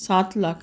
सात लाख